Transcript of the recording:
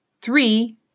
Three